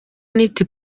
unity